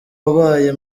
wabaye